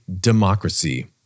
democracy